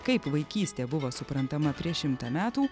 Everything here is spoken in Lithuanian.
kaip vaikystė buvo suprantama prieš šimtą metų